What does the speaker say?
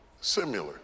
similar